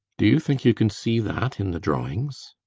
do you think you can see that in the drawings?